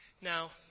Now